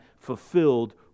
fulfilled